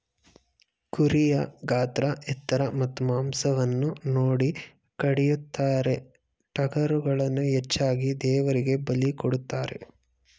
ಕುರಿಯ ಗಾತ್ರ ಎತ್ತರ ಮತ್ತು ಮಾಂಸವನ್ನು ನೋಡಿ ಕಡಿಯುತ್ತಾರೆ, ಟಗರುಗಳನ್ನು ಹೆಚ್ಚಾಗಿ ದೇವರಿಗೆ ಬಲಿ ಕೊಡುತ್ತಾರೆ